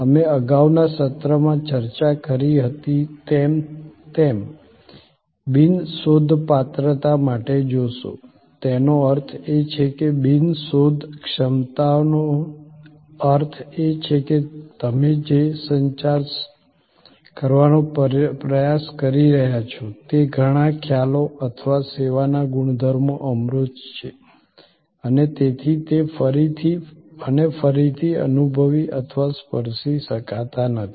અમે અગાઉના સત્રમાં ચર્ચા કરી હતી તેમ તમે બિન શોધપાત્રતા માટે જોશો તેનો અર્થ એ છે કે બિન શોધક્ષમતાનો અર્થ એ છે કે તમે જે સંચાર કરવાનો પ્રયાસ કરી રહ્યાં છો તે ઘણા ખ્યાલો અથવા સેવાના ગુણધર્મો અમૂર્ત છે અને તેથી તે ફરીથી અને ફરીથી અનુભવી અથવા સ્પર્શી શકાતા નથી